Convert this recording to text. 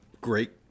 great